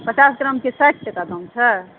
पचास ग्रामके साठि टका दाम छै